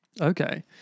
Okay